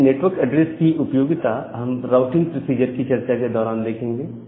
इस network address की उपयोगिता हम राउटिंग प्रोसीजर की चर्चा के दौरान देखेंगे